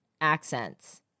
accents